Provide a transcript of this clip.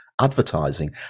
advertising